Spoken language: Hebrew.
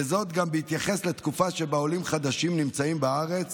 וזאת גם בהתייחס לתקופה שבה עולים חדשים נמצאים בארץ